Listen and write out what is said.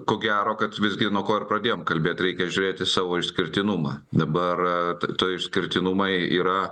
ko gero kad visgi nuo ko ir pradėjom kalbėt reikia žiūrėt į savo išskirtinumą dabar to išskirtinumai yra